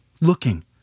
looking